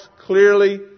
clearly